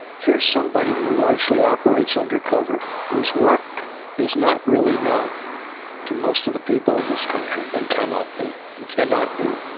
here's somebody who largely operates undercover, whose work is not really known to most of the people in this country. and cannot be. it and cannot be.